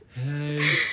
hey